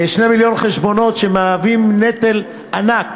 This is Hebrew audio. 2 מיליון חשבונות שמהווים נטל ענק